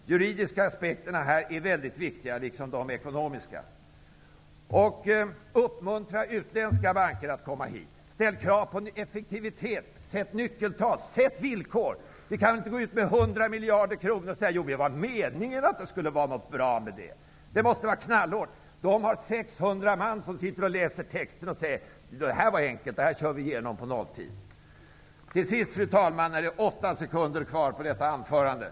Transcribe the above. De juridiska aspekterna, liksom de ekonomiska, är väldigt viktiga. Uppmuntra utländska banker att etablera sig i Sverige. Ställ krav på effektivitet. Sätt nyckeltal. Sätt villkor! Vi kan inte gå ut med 100 miljarder kronor och säga: ''Ja, det var meningen att det skulle göras något med pengarna.'' Det hela måste vara knallhårt! Bankerna har 600 man som läster texterna och säger: ''Det här är enkelt. Det här kör vi igenom på nolltid!'' Fru talman! Nu är det 8 sekunder kvar på detta anförande!